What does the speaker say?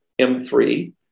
m3